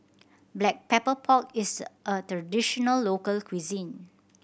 Black Pepper Pork is a traditional local cuisine